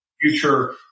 future